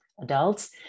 adults